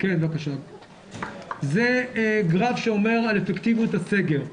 זה גרף שאומר על אפקטיביות הסגר.